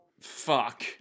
fuck